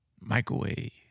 Microwave